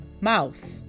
mouth